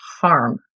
harm